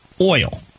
oil